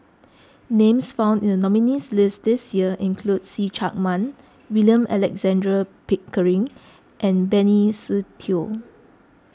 names found in the nominees' list this year include See Chak Mun William Alexander Pickering and Benny Se Teo